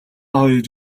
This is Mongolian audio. хоёр